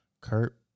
Kurt